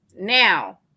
Now